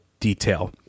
detail